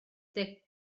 deg